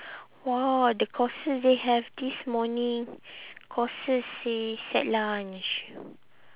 !wah! the courses they have this morning courses seh set lunch